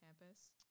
campus